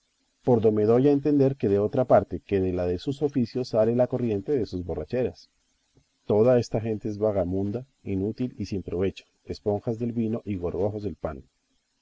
do me doy a entender que de otra parte que de la de sus oficios sale la corriente de sus borracheras toda esta gente es vagamunda inútil y sin provecho esponjas del vino y gorgojos del pan